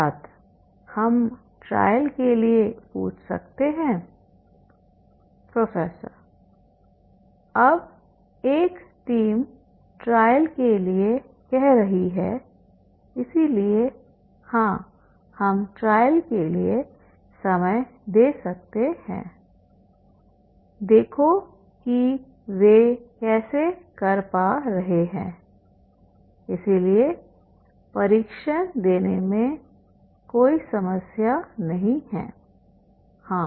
छात्र हम ट्रायल के लिए पूछ सकते हैं प्रोफेसर अब एक टीम ट्रायल के लिए कह रही है इसलिए हां हम ट्रायल के लिए समय दे सकते हैं देखो कि वे कैसे कर पा रहे हैंइसलिए परीक्षण देने में कोई समस्या नहीं है हाँ